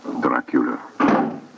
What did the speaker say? Dracula